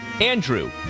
Andrew